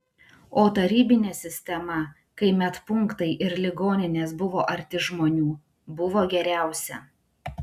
o tarybinė sistema kai medpunktai ir ligoninės buvo arti žmonių buvo geriausia